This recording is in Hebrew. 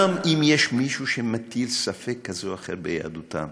גם אם יש מישהו שמטיל ספק כזה או אחר ביהדותם,